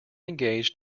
engaged